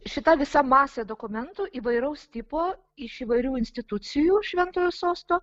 šita visa masė dokumentų įvairaus tipo iš įvairių institucijų šventojo sosto